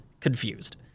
confused